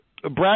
Brad